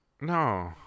no